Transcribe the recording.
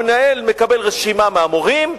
המנהל מקבל רשימה מהמורים,